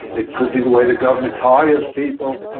it could be the way the government hires people.